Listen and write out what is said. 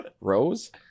Rose